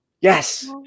Yes